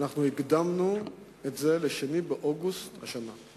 והקדמנו את זה ל-2 באוגוסט השנה.